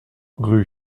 rue